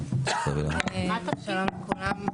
שלום לכולם.